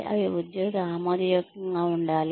అవి ఉద్యోగికి ఆమోదయోగ్యంగా ఉండాలి